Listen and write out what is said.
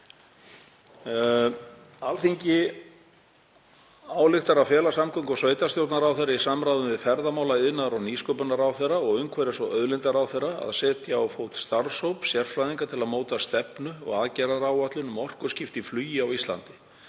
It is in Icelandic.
Alþingi ályktar að fela samgöngu- og sveitarstjórnarráðherra í samráði við ferðamála-, iðnaðar- og nýsköpunarráðherra og umhverfis- og auðlindaráðherra að setja á fót starfshóp sérfræðinga til að móta stefnu og aðgerðaáætlun um orkuskipti í flugi á Íslandi.